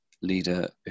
leader